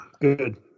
Good